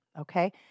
okay